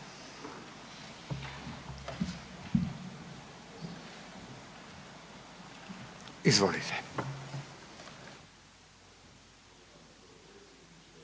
izvolite.